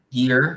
year